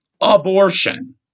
abortion